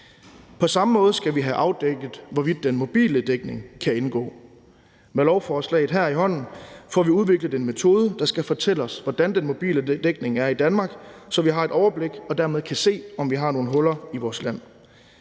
På samme måde skal vi have afdækket, hvorvidt den mobile dækning kan indgå. Med lovforslaget i hånden får vi udviklet en metode, der skal fortælle os, hvordan den mobile dækning er i Danmark, så vi har et overblik og dermed kan se, om vi har nogle huller i vores land.